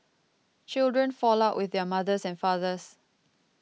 children fall out with their mothers and fathers